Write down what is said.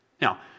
Now